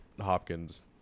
Hopkins